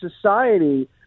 society